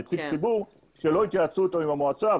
נציג ציבור שלא התייעצו איתו עם המועצה,